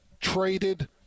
traded